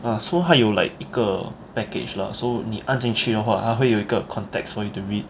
uh so 它有 like 一个 package lah so 你按进去的话它会有一个 context for you to read